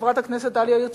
חברת הכנסת דליה איציק,